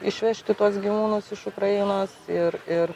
išvežti tuos gyvūnus iš ukrainos ir ir